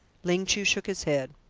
ling chu shook his head.